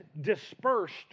dispersed